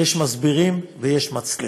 יש מסבירים ויש מצליחים.